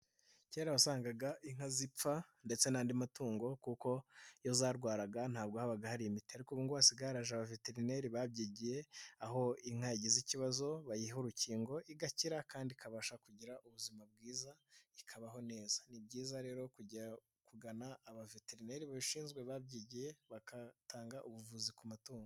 Kera wasangaga inka zipfa ndetse n'andi matungo, kuko iyo zarwaraga ntabwo habaga hari imiti. Ariko ubungubu hasigaraye hari abaveterineri babyigiye, aho inka yagize ikibazo bayiha urukingo igakira kandi ikabasha kugira ubuzima bwiza ikabaho neza. Ni byiza rero kujya kugana abaveterineri babishinzwe babyigiye bagatanga ubuvuzi ku mutungo.